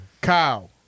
Kyle